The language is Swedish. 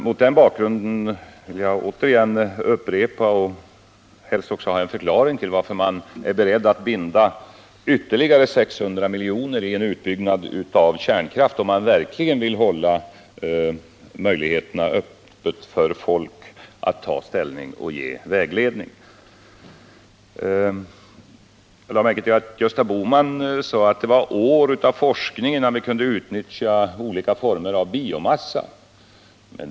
Mot den bakgrunden vill jag återigen upprepa frågan — som jag helst också vill ha ett svar på — varför man är beredd att binda ytterligare 600 miljoner i en utbyggnad av kärnkraft om man verkligen vill hålla möjligheterna öppna för folk att ta ställning och ge vägledning. Jag lade märke till att Gösta Bohman sade att det återstår år av forskning innan vi kan utnyttja olika former av biomassa.